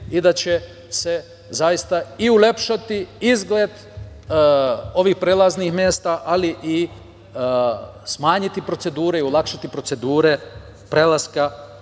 i da će se zaista i ulepšati izgled ovih prelaznih mesta, ali i smanjiti procedure i olakšati procedure prelaska